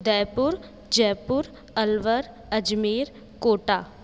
Udaipur Jaipur Alwar Ajmer Kota